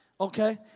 Okay